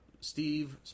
Steve